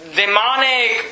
demonic